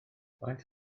faint